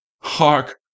Hark